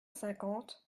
cinquante